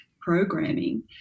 programming